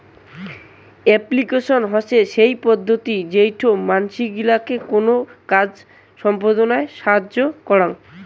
application হসে সেই পদ্ধতি যেইটো মানসি গিলাকে কোনো কাজ সম্পদনায় সাহায্য করং